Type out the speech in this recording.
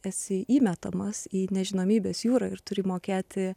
esi įmetamas į nežinomybės jūrą ir turi mokėti